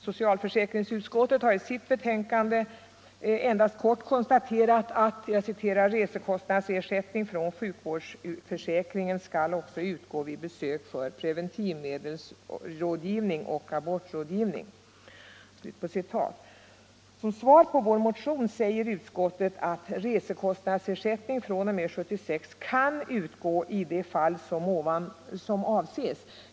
Socialförsäkringsutskottet har i sitt betänkande endast kort konstaterat: ”Resekostnadsersättningen från sjukförsäkringen skall också utgå vid besök för preventivmedelsrådgivning och abortrådgivning.” Som svar på vår motion säger utskottet att resekostnadsersättning fr.o.m. 1976 kan utgå i de fall som avses.